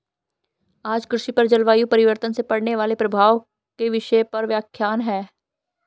आज कृषि पर जलवायु परिवर्तन से पड़ने वाले प्रभाव के विषय पर व्याख्यान है